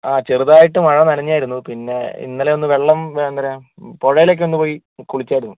ആ ചെറുതായിട്ട് മഴ നനഞ്ഞായിരുന്നു പിന്നെ ഇന്നലെ ഒന്ന് വെള്ളം എന്താ പറയുക പുഴയിലൊക്കെ ഒന്ന് പോയി കുളിച്ചായിരുന്നു